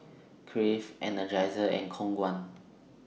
Crave Energizer and Khong Guan